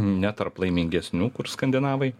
ne tarp laimingesnių kur skandinavai